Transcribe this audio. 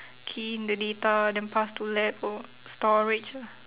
key in the data then pass to lab o~ for storage lah